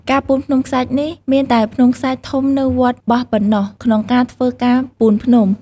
ការពូនភ្នំខ្សាច់នេះ មានតែភ្នំខ្សាច់ធំនៅវត្តបោះប៉ុណ្ណោះក្នុងការធ្វើការពូនភ្នំ។